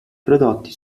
prodotti